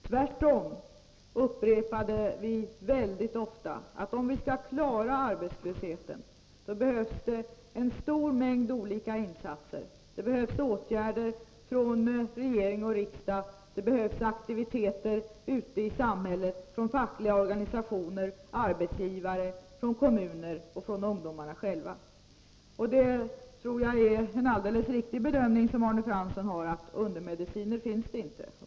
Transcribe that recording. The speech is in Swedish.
Tvärtom upprepade vi mycket ofta, att om vi skall klara arbetslösheten, behövs en stor mängd olika insatser: Det behövs åtgärder från regering och riksdag, det behövs aktiviteter ute i samhället, från fackliga organisationer, från arbetsgivare, från kommuner och från ungdomarna själva. Det är en alldeles riktig bedömning som Arne Fransson gör att undermediciner inte finns.